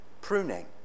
pruning